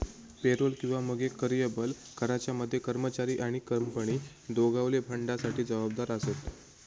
payroll किंवा मगे कर्यबल कराच्या मध्ये कर्मचारी आणि कंपनी दोघवले फंडासाठी जबाबदार आसत